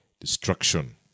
destruction